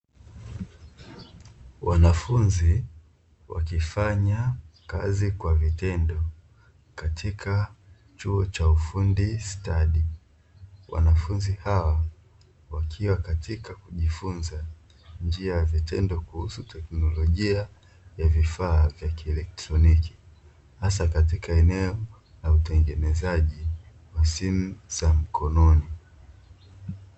Wanafunzi wakifanya kazi kwa vitendo, katika chuo cha ufundi stadi. Wanafunzi hawa wakiwa katika kujifunza njia ya vitendo kuhusu teknolojia ya vifaa vya kielektroniki. Hasa katika eneo la utengenezaji wa simu za mkononi.